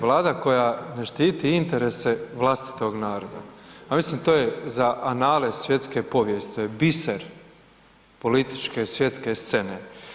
Vlada koja ne štiti interese vlastitog naroda, ja mislim to je za anale svjetske povijesti, to je biser političke svjetske scene.